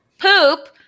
poop